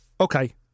okay